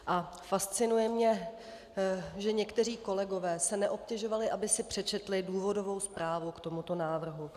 A fascinuje mě, že někteří kolegové se neobtěžovali, aby si přečetli důvodovou zprávu k tomuto návrhu.